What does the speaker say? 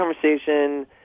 conversation